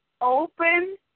open